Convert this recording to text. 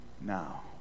now